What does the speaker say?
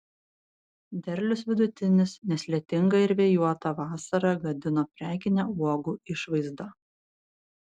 derlius vidutinis nes lietinga ir vėjuota vasara gadino prekinę uogų išvaizdą